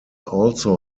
also